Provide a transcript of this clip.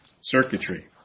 circuitry